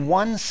one